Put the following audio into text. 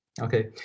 Okay